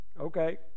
Okay